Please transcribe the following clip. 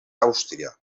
àustria